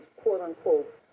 quote-unquote